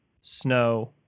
snow